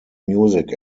music